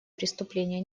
преступления